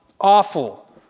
awful